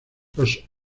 los